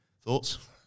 Thoughts